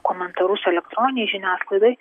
komentarus elektroninėj žiniasklaidoj